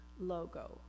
logo